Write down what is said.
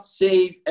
save